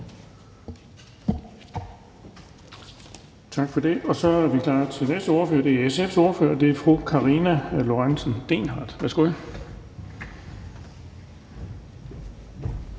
bemærkninger. Så er vi klar til næste ordfører, og det er SF's ordfører, fru Karina Lorentzen Dehnhardt. Værsgo.